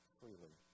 freely